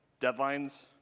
deadlines?